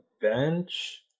bench